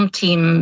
team